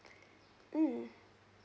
mm